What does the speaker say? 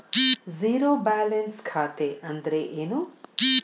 Zero balance ಖಾತೆ ಅಂದ್ರೆ ಏನು?